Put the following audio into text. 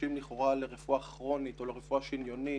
שנדרשים לכאורה לרפואה כרונית או לרפואה שניונית,